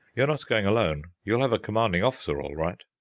you're not going alone! you'll have a commanding officer, all right.